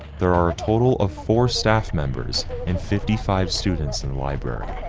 there are a total of four staff members and fifty five students in library.